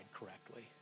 correctly